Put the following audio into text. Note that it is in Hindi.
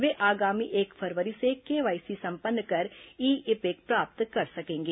वे आगामी एक फरवरी से केवाईसी संपन्न कर ई इपिक प्राप्त कर सकेंगे